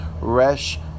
Resh